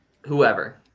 whoever